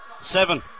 seven